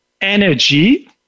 energy